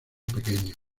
pequeños